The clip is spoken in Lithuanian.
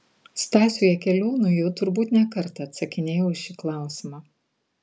stasiui jakeliūnui jau turbūt ne kartą atsakinėjau į šį klausimą